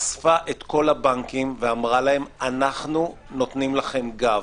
היא אספה את כל הבנקים ואמרה להם: אנחנו נותנים לכם גב,